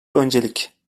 öncelik